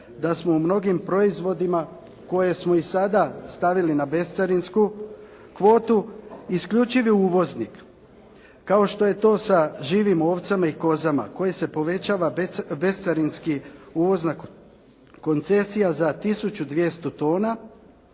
da smo u mnogim proizvodima koje smo i sada stavili na bescarinsku kvotu isključivi uvoznik, kao što je to sa živim ovcama i kozama koje se povećava bescarinski u oznaku koncesija za tisuću 200 tona,